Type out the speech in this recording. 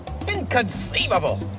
Inconceivable